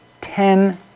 ten